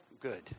good